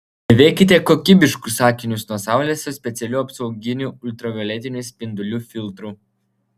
dėvėkite kokybiškus akinius nuo saulės su specialiu apsauginiu ultravioletinių spindulių filtru